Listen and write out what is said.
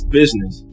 business